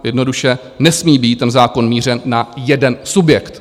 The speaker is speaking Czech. Jednoduše nesmí být ten zákon mířen na jeden subjekt.